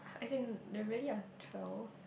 I think they really have twelve